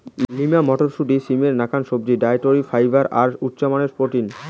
lima মটরশুঁটি, সিমের নাকান সবজি, ডায়েটরি ফাইবার আর উচামানের প্রোটিন